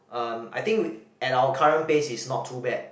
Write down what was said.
um I think we at our current pace is not too bad